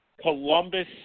Columbus